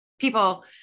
people